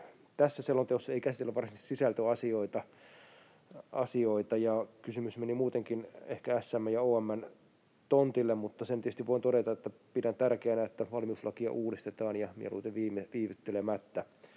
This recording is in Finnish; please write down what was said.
Tässä selonteossa ei käsitellä varsinaisesti sisältöasioita, kysymys meni muutenkin ehkä SM:n ja OM:n tontille, mutta sen tietysti voin todeta, että pidän tärkeänä, että valmiuslakia uudistetaan ja mieluiten viivyttelemättä.